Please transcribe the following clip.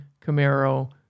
Camaro